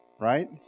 right